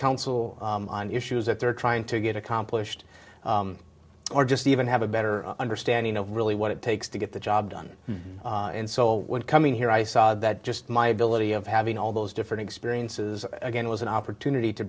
council on issues that they're trying to get accomplished or just even have a better understanding of really what it takes to get the job done and so when coming here i saw that just my ability of having all those different experiences again was an opportunity to